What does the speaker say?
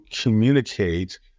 communicate